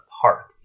park